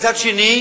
ומצד שני